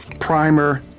primer,